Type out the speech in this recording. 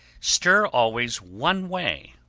stir always one way,